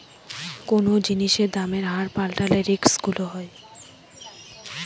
কোনো জিনিসের দামের হার পাল্টালে রিস্ক গুলো হয়